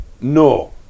No